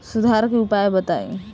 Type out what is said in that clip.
सुधार के उपाय बताई?